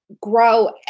grow